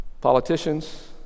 Politicians